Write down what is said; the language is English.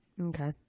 Okay